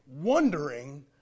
wondering